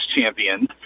champion